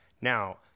Now